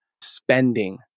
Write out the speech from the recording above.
spending